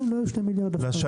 לא היו 2 מיליארד ₪ אף פעם.